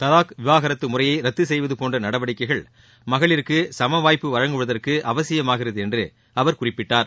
தலாக் விவகாரத்து முறையை ரத்து செய்வது போன்ற நடவடிக்கைகள் மகளிருக்கு சுமவாய்ப்பு வழங்குவதற்கு அவசியமாகிறது என்று அவர் குறிப்பிட்டார்